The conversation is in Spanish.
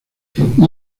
hijo